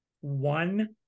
one